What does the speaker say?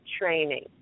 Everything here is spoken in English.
training